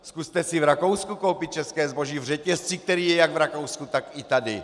Zkuste si v Rakousku koupit české zboží v řetězci, který je jak v Rakousku, tak i tady.